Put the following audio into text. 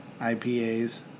IPAs